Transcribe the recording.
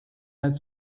had